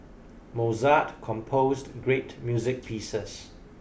Mozart composed great music pieces